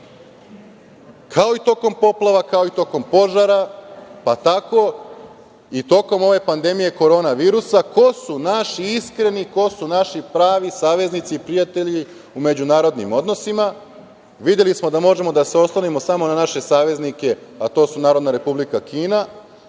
kao i tokom poplava, kao i tokom požara, tako i tokom ove pandemije Koronavirusa, ko su naši iskreni i pravi saveznici i prijatelji u međunarodnim odnosima. Videli smo da možemo da se oslonimo samo na naše saveznike, NR Kinu i Rusku Federaciju.